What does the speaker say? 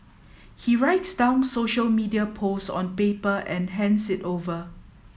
he writes down social media posts on paper and hands it over